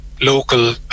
local